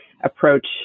approach